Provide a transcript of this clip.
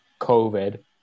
COVID